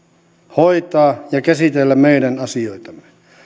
hoitaa ja käsitellä meidän asioitamme